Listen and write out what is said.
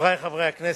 חברי חברי הכנסת,